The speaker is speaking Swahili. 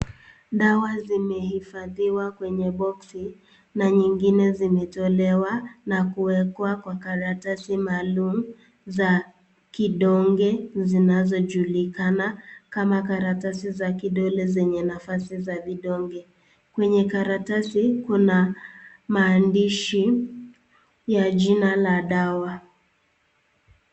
dawa zimehifadhiwa kwenye boxi na kuwekw kwa karatasi maalum. Kwenye karatasi Kuna maandishi ya jina